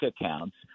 accounts